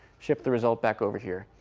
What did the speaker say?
shift the result back over here.